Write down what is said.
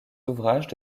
ouvrages